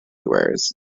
wears